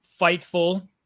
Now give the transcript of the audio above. Fightful